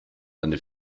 eine